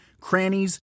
crannies